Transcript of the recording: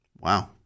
Wow